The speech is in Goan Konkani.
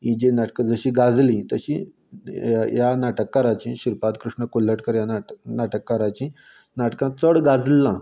ही जी नाटकां जशीं जागलीं तशीं ह्या नाटककाराचीं श्रीपाद कृश्ण कोल्लटकर ह्या नाटक नाटककाराची नाटकां चड गाजलीं ना